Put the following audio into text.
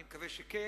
אני מקווה שכן,